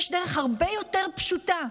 יש דרך הרבה יותר פשוטה: